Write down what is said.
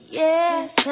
yes